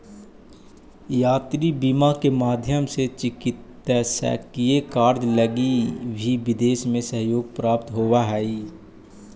यात्रा बीमा के माध्यम से चिकित्सकीय कार्य लगी भी विदेश में सहयोग प्राप्त होवऽ हइ